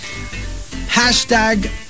Hashtag